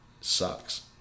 sucks